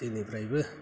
जेनिफ्रायबो